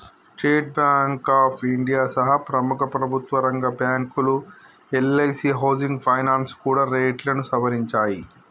state Bank of India సహా ప్రముఖ ప్రభుత్వరంగ బ్యాంకులు, ఎల్ఐసీ హౌసింగ్ ఫైనాన్స్ కూడా రేట్లను సవరించాయి